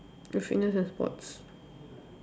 the fitness and sports